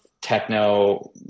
techno